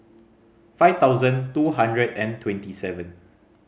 five thousand two hundred and twenty seven